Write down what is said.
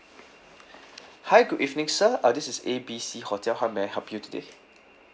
hi good evening sir uh this is A B C hotel how may I help you today